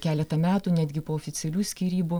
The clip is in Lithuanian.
keletą metų netgi po oficialių skyrybų